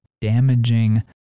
damaging